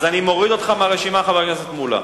אז אני מוריד אותך מהרשימה, חבר הכנסת מולה.